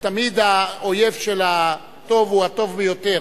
האויב של הטוב הוא הטוב ביותר.